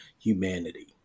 humanity